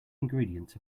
ingredients